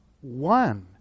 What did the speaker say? one